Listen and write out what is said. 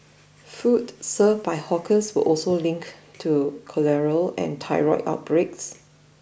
food served by hawkers were also linked to cholera and typhoid outbreaks